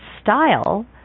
style